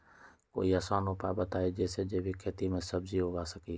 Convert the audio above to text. कोई आसान उपाय बताइ जे से जैविक खेती में सब्जी उगा सकीं?